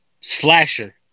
Slasher